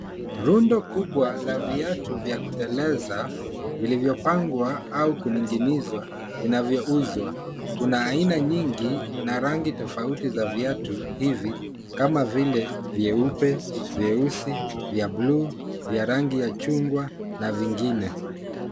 Rundo kubwa la viatu vya kuteleza vilivyo pangwa au kuning'inizwa vinavyo uzwa. Kuna aina nyinyi na rangi tafauti za viatu hivi kama vile vyeupe, vyeusi, vya blue ,vya rangi ya chungwa na vingine.